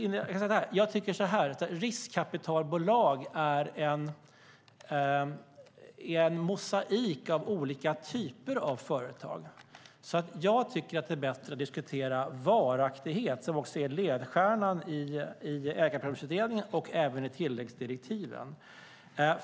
Riskkapitalbolag är en mosaik av olika typer av företag. Jag tycker att det är bättre att diskutera varaktighet, vilket också är ledstjärnan i Ägarprövningsutredningen och i tilläggsdirektiven.